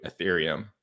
Ethereum